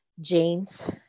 jeans